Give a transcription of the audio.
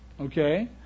Okay